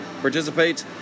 Participate